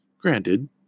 Granted